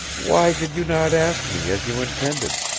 why did you not ask me, as you intended?